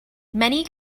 many